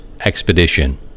expedition